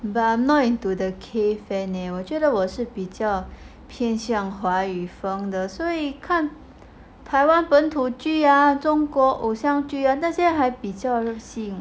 but I'm not into the K fan leh 我觉得我是比较偏向华语风的所以看台湾本土剧中国偶像剧那些还比较任性